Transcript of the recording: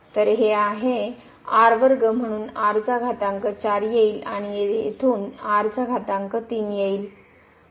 तर हे आहे येईल आणि येथून येईल